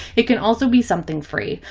it can also be something free,